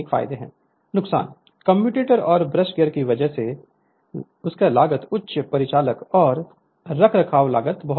Refer Slide Time 2657 नुकसान commutator और brush gear की वजह से लागत उच्च उच्च परिचालन और रखरखाव लागत है